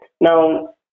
Now